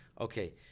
okay